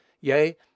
yea